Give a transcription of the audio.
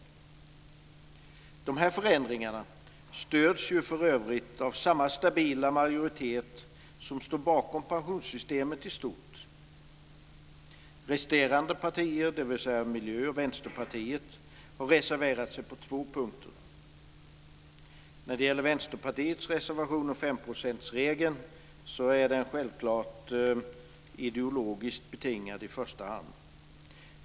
Dessa förändringar stöds för övrigt av samma stabila majoritet som stod bakom pensionssystemet i stort. Resterande partier - dvs. Miljöpartiet och Vänsterpartiet - har reserverat sig på två punkter. Vänsterpartiets reservation om 5-procentsregeln är självklart i första hand ideologiskt betingad.